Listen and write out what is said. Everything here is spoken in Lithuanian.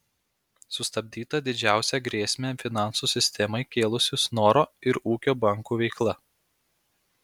sustabdyta didžiausią grėsmę finansų sistemai kėlusių snoro ir ūkio bankų veikla